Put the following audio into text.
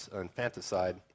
infanticide